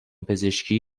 پزشکی